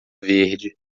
verde